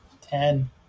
ten